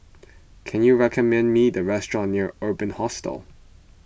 can you recommend me a restaurant near Urban Hostel